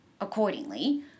Accordingly